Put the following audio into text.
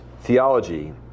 theology